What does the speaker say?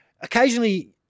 occasionally